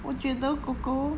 我觉得 kor kor